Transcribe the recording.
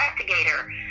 investigator